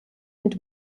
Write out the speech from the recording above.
mit